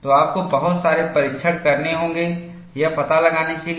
तो आपको बहुत सारे परीक्षण करने होंगे यह पता लगाने के लिए